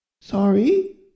Sorry